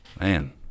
man